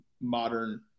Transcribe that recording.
modern